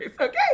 Okay